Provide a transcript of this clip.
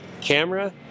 camera